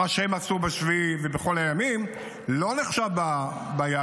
מה שהם עשו ב-7 ובכל הימים, לא נחשב ביעדים.